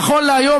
נכון להיום,